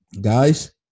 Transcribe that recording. guys